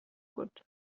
good